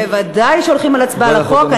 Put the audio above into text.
ודאי שהולכים להצבעה על החוק.